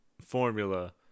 formula